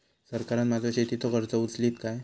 सरकार माझो शेतीचो खर्च उचलीत काय?